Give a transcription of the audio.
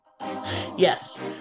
Yes